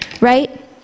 right